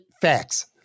facts